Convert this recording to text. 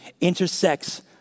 intersects